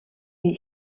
wie